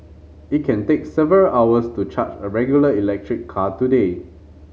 it can take several hours to charge a regular electric car today